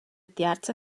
tiarza